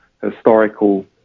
historical